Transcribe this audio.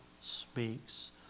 speaks